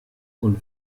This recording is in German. und